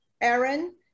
Aaron